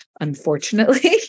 unfortunately